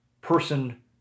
person